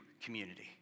community